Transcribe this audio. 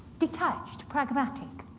detached, pragmatic,